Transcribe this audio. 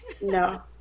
No